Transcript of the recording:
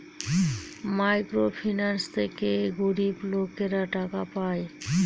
micro finance থেকে গরিব লোকেরা টাকা পায়